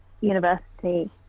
university